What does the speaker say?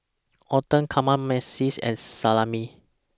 Oden Kamameshi and Salami